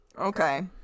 okay